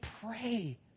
pray